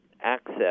access